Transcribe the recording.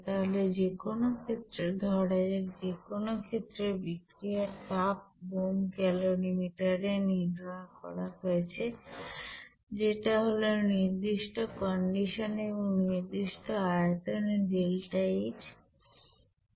তাহলে যে কোনো ক্ষেত্রে ধরা যাক যেকোন ক্ষেত্রে বিক্রিয়ার তাপ বোম্ব ক্যালরিমিটার এ নির্ণয় করা হয়েছে যেটা হলো নির্দিষ্ট কন্ডিশনে এবং নির্দিষ্ট আয়তনে ডেল্টা H